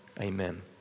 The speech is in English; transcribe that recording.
amen